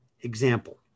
Example